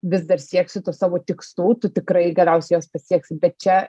vis dar sieksi tų savo tikslų tu tikrai galiausiai juos pasieksi bet čia